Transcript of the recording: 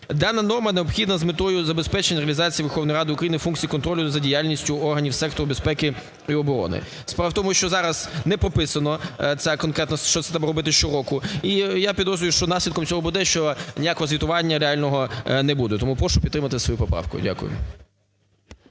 Денна норма необхідна з метою забезпечення реалізації Верховної Ради України функції контролю за діяльністю органів сектору безпеки і оборони. Справа в тому, що зараз не прописано це конкретно, що треба робити щороку. І я підозрюю, що наслідком цього буде, що ніякого звітування реального не буде. Тому прошу підтримати свою поправку. Дякую.